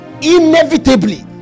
Inevitably